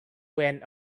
went